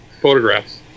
photographs